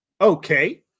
Okay